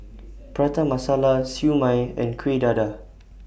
Prata Masala Siew Mai and Kuih Dadar